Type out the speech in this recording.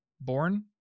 born